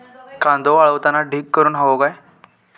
कांदो वाळवताना ढीग करून हवो काय?